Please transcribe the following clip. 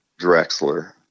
Drexler